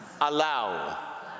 allow